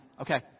Okay